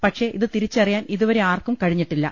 പക്ഷെ ഇത് തിരിച്ചറിയാൻ ഇതുവരെ ആർക്കും കഴിഞ്ഞിട്ടില്ല